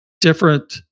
different